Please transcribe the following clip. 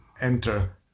enter